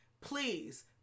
please